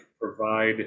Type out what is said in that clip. provide